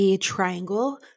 triangle